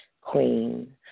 queen